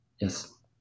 Yes